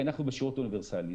כי אנחנו בשירות האוניברסלי.